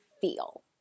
feel